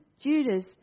Judas